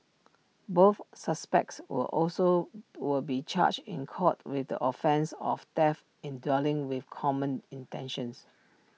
both suspects will also will be charged in court with the offence of theft in dwelling with common intentions